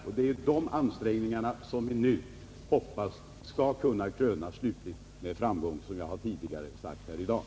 Vi hoppas att våra ansträngningar nu slutligen skall kunna krönas med framgång, såsom jag anfört i mitt tidigare inlägg.